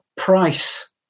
price